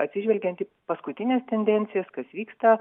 atsižvelgiant į paskutines tendencijas kas vyksta